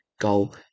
goal